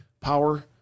power